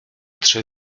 trzy